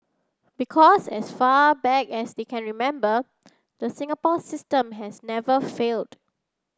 because as far back as they can remember the Singapore system has never failed